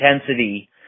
intensity